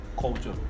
culture